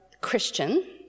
Christian